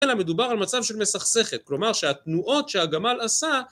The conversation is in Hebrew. אלא מדובר על מצב של מסכסכת, כלומר שהתנועות שהגמל עשה